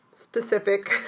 specific